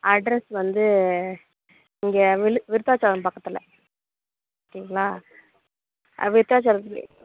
address வந்து இங்கே விழு விருதாச்சலம் பக்கத்தில் சரிங்களா விருதாச்சலத்துலையே